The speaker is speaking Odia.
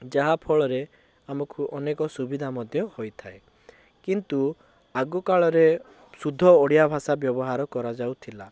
ଯାହା ଫଳରେ ଆମକୁ ଅନେକ ସୁବିଧା ମଧ୍ୟ ହୋଇଥାଏ କିନ୍ତୁ ଆଗ କାଳରେ ଶୁଦ୍ଧ ଓଡ଼ିଆ ଭାଷା ବ୍ୟବହାର କରାଯାଉଥିଲା